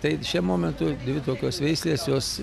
tai šiam momentui dvi tokios veislės jos